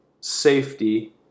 safety